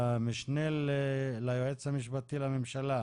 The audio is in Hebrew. המשנה ליועץ המשפטי לממשלה,